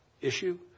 issue